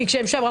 כי כשהם שם,